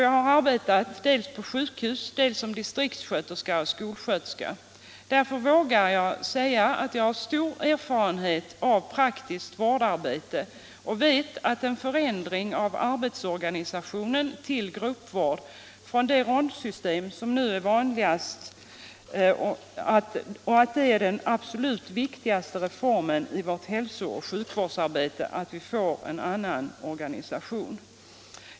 Jag har arbetat dels på sjukhus, dels som distriktssköterska och skolsköterska. Därför vågar jag säga att jag har stor erfarenhet av praktiskt vårdarbete och vet att en förändring av arbetsorganisationen till gruppvård från det rondsystem som nu är vanligast är den absolut viktigaste reformen i vårt hälsooch sjukvårdsarbete.